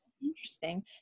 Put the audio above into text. interesting